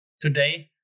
today